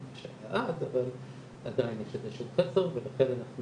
אבל עדיין יש איזה שהוא חסר ולכן אנחנו